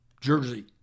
Jersey